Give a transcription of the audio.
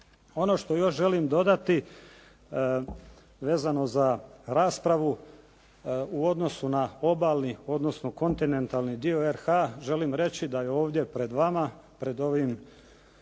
Ono što još želim dodati vezano za raspravu u odnosu na obalni, odnosno kontinentalni dio RH želim reći da je ovdje pred vama, pred ovim